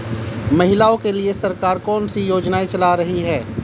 महिलाओं के लिए सरकार कौन सी योजनाएं चला रही है?